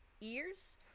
ears